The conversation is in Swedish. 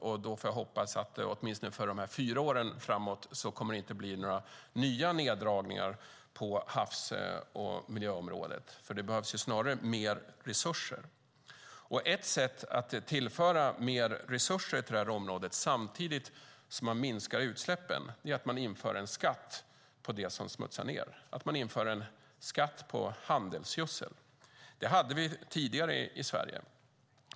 Jag får hoppas att det åtminstone för fyra år framåt inte kommer att blir några nya neddragningar på havs och miljöområdet. Det behövs snarare mer resurser. Ett sätt att tillföra mer resurser till området samtidigt som man minskar utsläppen är att man inför en skatt på det som smutsar ned och inför en skatt på handelsgödsel. Det hade vi tidigare i Sverige.